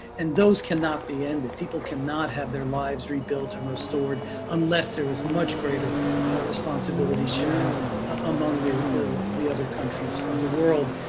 and those cannot be ended. people cannot have their lives rebuilt and restored unless there is much greater responsibility sharing among the the other countries of the world.